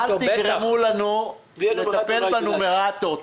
אל תגרמו לנו לטפל בנומרטור.